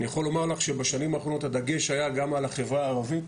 אני יכול לומר לך שבשנים האחרונות הדגש היה גם על החברה הערבית,